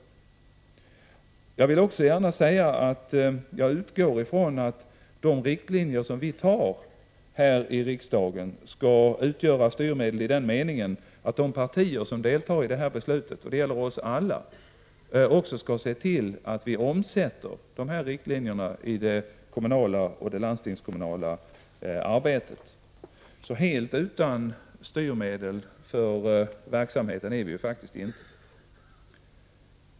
2 a ESSER Jag vill också gärna säga att jag utgår ifrån att de riktlinjer som riksdagen antar skall utgöra styrmedel i den meningen att de partier som deltar i detta beslut — det gäller oss alla — också skall se till att de omsätter dessa riktlinjer i det kommunala och landstingskommunala arbetet. Helt utan styrmedel för verksamheten är vi alltså inte.